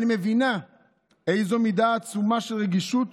אני מבינה איזו מידה עצומה של רגישות